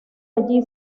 allí